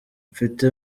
mfite